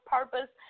Purpose